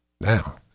Now